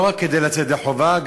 לא רק כדי לצאת ידי חובה,